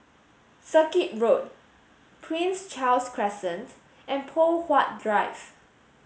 Circuit Road Prince Charles Crescent and Poh Huat Drive